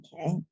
okay